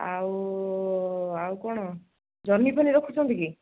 ଆଉ ଆଉ କ'ଣ ଜହ୍ନି ଫନି ରଖୁଛନ୍ତି କି